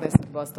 2040, 2095, 2104,